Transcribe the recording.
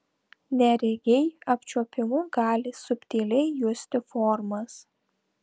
neregiai apčiuopimu gali subtiliai justi formas